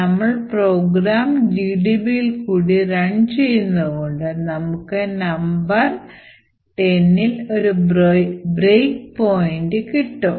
നമ്മൾ പ്രോഗ്രാം GDBയിൽ കൂടി run ചെയ്യുന്നത് കൊണ്ട് നമുക്ക് number 10ൽ ഒരു ബ്രേക്ക് പോയിൻറ് കിട്ടും